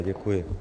Děkuji.